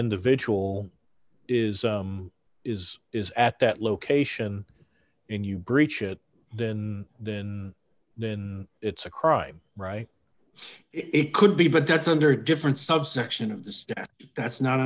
individual is is is at that location in you breach it then than then it's a crime right it could be but that's under different subsection of the staff that's not